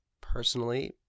personally